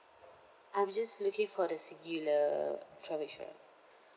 I'm just looking for the singular travel insurance